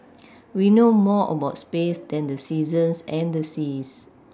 we know more about space than the seasons and the seas